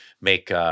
make